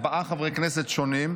ארבעה חברי כנסת שונים,